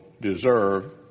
deserve